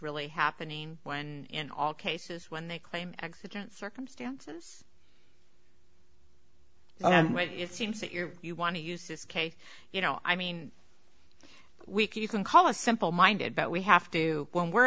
really happening when in all cases when they claim exigent circumstances it seems that you're you want to use this case you know i mean we can you can call a simple minded but we have to when we're